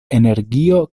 energio